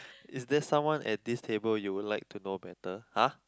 is there someone at this table you would like to know better !huh!